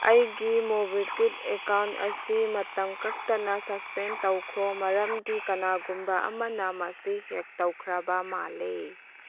ꯑꯩꯒꯤ MobiKwik account ꯑꯁꯤ ꯃꯇꯝ ꯀꯛꯇꯅ ꯁꯁꯄꯦꯟ ꯇꯧꯈ꯭ꯔꯣ ꯃꯔꯝꯗꯤ ꯀꯅꯥꯒꯨꯝꯕ ꯑꯃꯅ ꯃꯁꯤ ꯍꯦꯛ ꯇꯧꯈ꯭ꯔꯥꯕ ꯃꯥꯜꯂꯤ